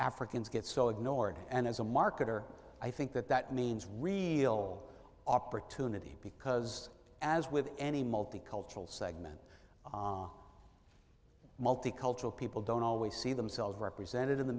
africans get so ignored and as a marketer i think that that means real opportunity because as with any multicultural segment multi cultural people don't always see themselves represented in the